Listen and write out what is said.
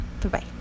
Bye-bye